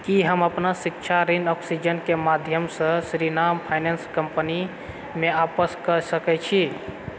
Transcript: की हम अपन शिक्षा ऋण ऑक्सीजन के माध्यमसँ श्रीराम फाइनेंस कंपनी मे आपस कऽ सकैत छी